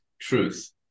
truth